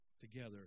together